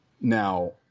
Now